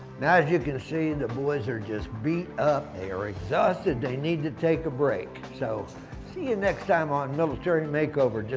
now as you can see, the boys are just beat up. they are exhausted. they need to take a break, so see you next time on military makeover,